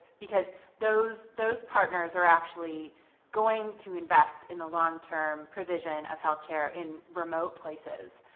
because those those partners are actually going to invest in the long term provision of healthcare in remote places,